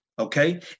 Okay